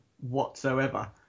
whatsoever